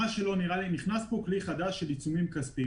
מה שלא נראה לי זה שנכנס פה כלי חדש של עיצומים כספיים